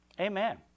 Amen